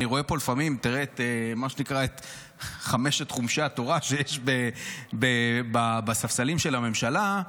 אני רואה פה לפעמים את חמשת חומשי התורה שיש בספסלים של הממשלה,